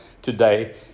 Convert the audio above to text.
Today